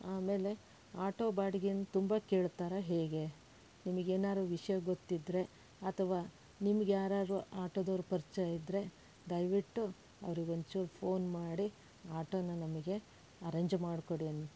ಆಮೇಲೆ ಆಟೋ ಬಾಡಿಗೇನೂ ತುಂಬ ಕೇಳ್ತಾರಾ ಹೇಗೆ ನಿಮಗೆ ಏನಾದ್ರು ವಿಷಯ ಗೊತ್ತಿದ್ದರೆ ಅಥವಾ ನಿಮಗೆ ಯಾರಾದ್ರು ಆಟೋದವರು ಪರಿಚಯ ಇದ್ದರೆ ದಯವಿಟ್ಟು ಅವ್ರಿಗೊಂಚೂರ್ ಫೋನ್ ಮಾಡಿ ಆಟೋನ ನಮಗೆ ಅರೇಂಜ್ ಮಾಡಿಕೊಡಿ ಅಣ್ಣ